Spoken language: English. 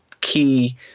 key